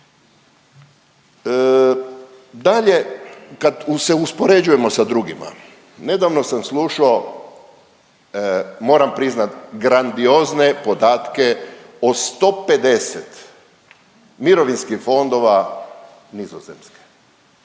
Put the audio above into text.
Dalje, kad se uspoređujemo sa drugima, nedavno sam slušao, moram priznati, grandiozne podatke o 150 mirovinskih fondova Nizozemske.